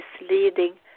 misleading